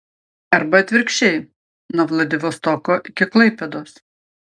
arba atvirkščiai nuo vladivostoko iki klaipėdos